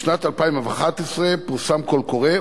לשנת 2011 פורסם קול קורא,